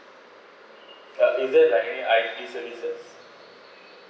ah is there like any identity services